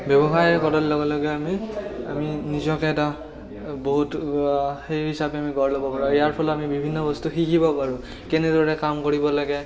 ব্যৱসায় কৰাৰ লগে লগে আমি আমি নিজকে এটা বহুত সেই হিচাপে আমি গঢ় ল'ব পাৰোঁ ইয়াৰ ফলত আমি বিভিন্ন বস্তু শিকিব পাৰোঁ কেনেদৰে কাম কৰিব লাগে